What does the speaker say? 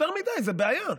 יותר מדי זה בעיה,